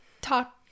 talk